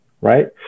right